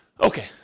Okay